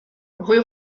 rue